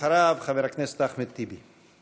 אחריו, חבר הכנסת אחמד טיבי.